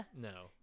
No